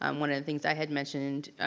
um one of the things i had mentioned